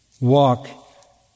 walk